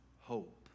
hope